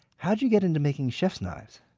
how did you get into making chef's knives?